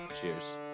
cheers